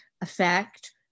effect